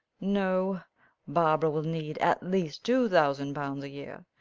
no barbara will need at least two thousand pounds a year.